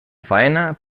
faena